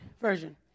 Version